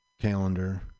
calendar